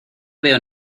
veo